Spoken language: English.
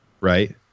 right